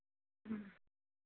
ह्म्म